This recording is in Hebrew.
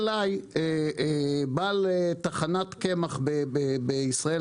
התקשר בעל תחנת קמח בישראל,